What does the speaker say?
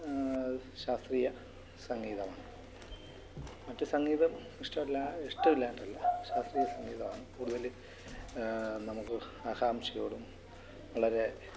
ശാസ്ത്രീയ സംഗീതമാണ് മറ്റ് സംഗീതം ഇഷ്ടമില്ലാ ഇഷ്ടമില്ലാഞ്ഞിട്ടല്ല ശാസ്ത്രീയ സംഗീതമാണ് കൂടുതല് നമുക്ക് ആകാംക്ഷയോടും വളരെ